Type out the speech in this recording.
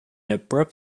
abrupt